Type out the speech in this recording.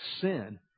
Sin